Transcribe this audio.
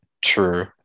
True